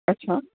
અચ્છા